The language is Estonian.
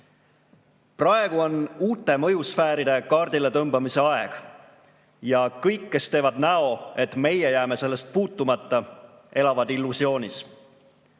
Praegu on uute mõjusfääride kaardile tõmbamise aeg ja kõik, kes teevad näo, et meie jääme sellest puutumata, elavad illusioonis.